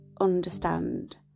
understand